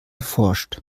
forscht